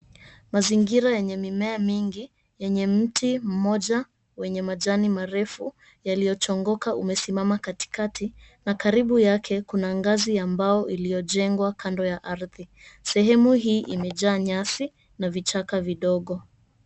Mazingira yenye mimea mingi, yenye mti mmoja wenye majani marefu yaliyo chongoka, umesimama katikati, na karibu yake kuna ngazi ya mbao iliyojengwa kando ya ardhi. Sehemu hii imejaa nyasi na vichaka vidogo.